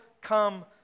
come